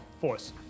force